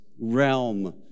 realm